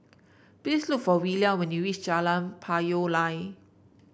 please look for Willia when you reach Jalan Payoh Lai